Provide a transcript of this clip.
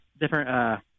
different